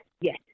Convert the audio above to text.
yes